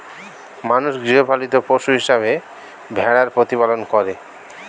মানুষ গৃহপালিত পশু হিসেবে ভেড়ার প্রতিপালন করে